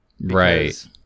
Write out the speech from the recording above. Right